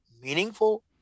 meaningful